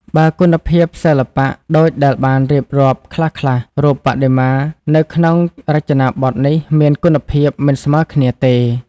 បើគុណភាពសិល្បៈ ដូចដែលបានរៀបរាប់ខ្លះៗ រូបបដិមានៅក្នុងរចនាបថនេះមានគុណភាព មិនស្មើគ្នាទេ។